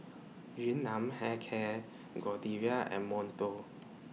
Yun Nam Hair Care Godiva and Monto